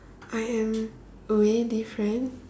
I am way different